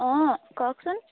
অঁ কওকচোন